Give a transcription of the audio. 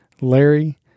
larry